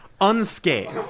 unscathed